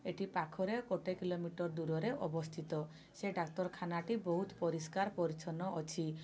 ଏଠି ପାଖରେ ଗୋଟେ କିଲୋମିଟର୍ ଦୂରରେ ଅବସ୍ଥିତ ସେ ଡ଼ାକ୍ତରଖାନାଟି ବହୁତ ପରିଷ୍କାର ପରିଚ୍ଛନ୍ନ ଅଛି